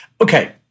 Okay